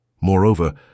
Moreover